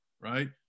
right